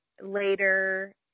later